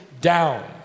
down